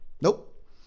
nope